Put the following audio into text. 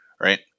right